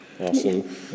Awesome